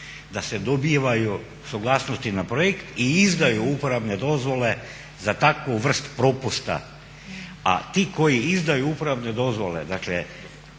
da se dobivaju suglasnosti na projekt i izdaju uporabne dozvole za takvu vrst propusta. A ti koji izdaju upravne dozvole, dakle